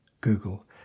Google